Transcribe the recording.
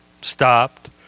stopped